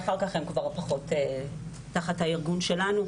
אחר כך הם כבר פחות תחת הארגון שלנו.